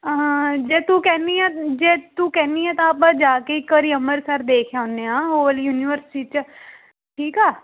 ਜੇ ਤੂੰ ਕਹਿੰਦੀ ਆ ਜੇ ਤੂੰ ਕਹਿੰਦੀ ਆ ਤਾਂ ਆਪਾਂ ਜਾ ਕੇ ਇੱਕ ਵਾਰੀ ਅੰਮ੍ਰਿਤਸਰ ਦੇਖ ਆਉਂਦੇ ਹਾਂ ਉਹ ਵਾਲੀ ਯੂਨੀਵਰਸਿਟੀ 'ਚ ਠੀਕ ਹੈ